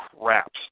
craps